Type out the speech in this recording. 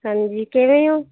ਹਾਂਜੀ ਕਿਵੇਂ ਹੋ